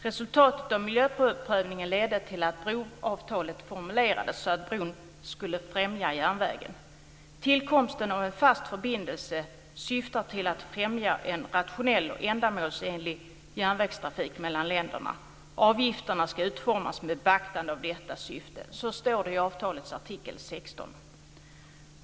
Resultatet av miljöprövningen ledde till att broavtalet formulerades så att bron skulle främja järnvägen. "Tillkomsten av en fast förbindelse syftar till att främja en rationell och ändamålsenlig järnvägstrafik mellan länderna. Avgifterna skall utformas med beaktande av detta syfte." Så står det i avtalets artikel 16.